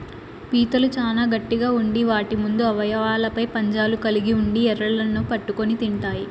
పీతలు చానా గట్టిగ ఉండి వాటి ముందు అవయవాలపై పంజాలు కలిగి ఉండి ఎరలను పట్టుకొని తింటాయి